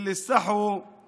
(אומר בערבית: אלו שהתביישו מתו.)